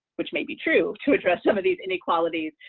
which may be true to address some of these inequalities,